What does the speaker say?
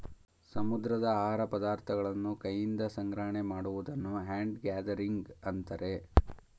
ಸಮುದ್ರದ ಆಹಾರ ಪದಾರ್ಥಗಳನ್ನು ಕೈಯಿಂದ ಸಂಗ್ರಹಣೆ ಮಾಡುವುದನ್ನು ಹ್ಯಾಂಡ್ ಗ್ಯಾದರಿಂಗ್ ಅಂತರೆ